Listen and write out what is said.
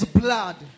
blood